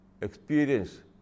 experience